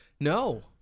No